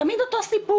תמיד אותו סיפור.